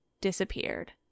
disappeared